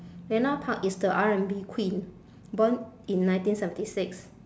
then now park is the R&B queen born in ninety seventy six